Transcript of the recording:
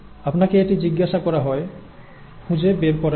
আপনাকে এটি জিজ্ঞাসা করা হয় খুঁজে বের করার জন্য